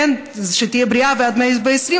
שתהיה בריאה עד 120,